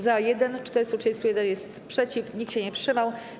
Za - 1, 431 jest przeciw, nikt się nie wstrzymał.